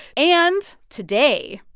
and today,